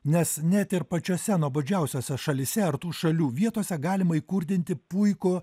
nes net ir pačiose nuobodžiausiose šalyse ar tų šalių vietose galima įkurdinti puikų